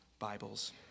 Bibles